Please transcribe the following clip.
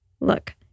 look